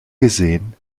geschehen